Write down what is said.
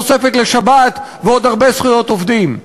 תוספת לשבת ועוד הרבה זכויות עובדים.